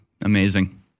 Amazing